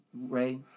Ray